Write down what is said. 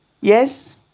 yes